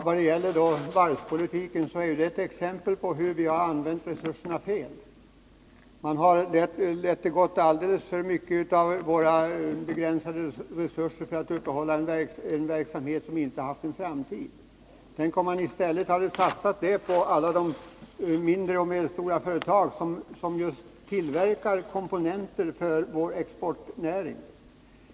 Fru talman! Varvspolitiken är ett exempel på hur resurserna har använts fel. Alldeles för mycket av våra begränsade resurser har gått åt för att upprätthålla en verksamhet som inte har någon framtid. Tänk om man i stället hade satsat de resurserna på de mindre och medelstora företag som tillverkar komponenter för vår exportnäring!